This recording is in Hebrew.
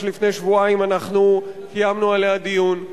שלפני שבועיים אנחנו קיימנו עליה דיון,